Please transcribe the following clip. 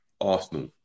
Arsenal